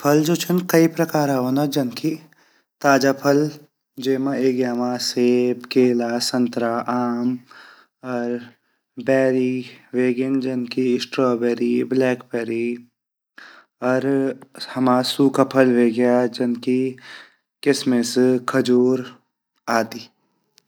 फल जु छिन कई प्रकारा वोन्दा जन की ताज़ा फल जैमा ऐगी हमा सेब केला संतरा आम अर बेर्री वेगिन जन की स्ट्रॉबेरी ब्लैकबेरी अर हमा सूखा फल वेग्या जन की किशमिश खजूर आदि।